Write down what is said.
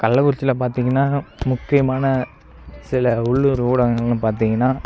கள்ளக்குறிச்சியில் பார்த்திங்கனா முக்கியமான சில உள்ளுர் ஊடகங்கள்னு பார்த்திங்கனா